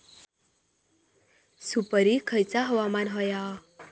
सुपरिक खयचा हवामान होया?